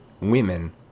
women